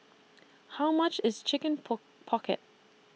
How much IS Chicken Pocket